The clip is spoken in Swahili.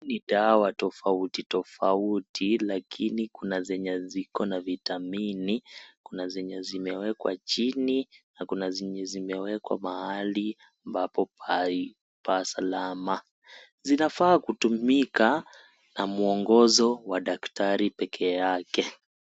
Hizi ni dawa tofauti tofauti, lakini kuna zenye ziko na vitamini, kuna zenye zimewekwa chini na kuna zenye zimewekwa mahali ambapo pasalama. Zinafaa kutumika na mwongozo wa daktari peke yake.